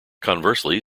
conversely